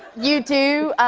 you do,